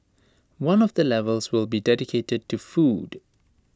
one of the levels will be dedicated to the food